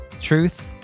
Truth